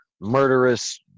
murderous